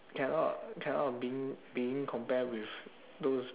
cannot cannot being being compare with those